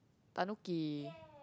Tanuki